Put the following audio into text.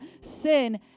sin